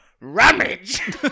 Rummage